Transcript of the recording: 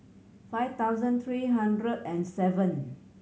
five thousand three hundred and seven